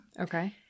Okay